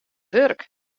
wurk